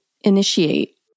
Initiate